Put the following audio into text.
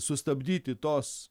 sustabdyti tos